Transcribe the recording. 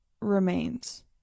remains